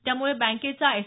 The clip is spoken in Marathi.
त्यामुळे बँकेचा एस